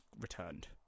returned